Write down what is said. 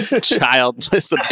childless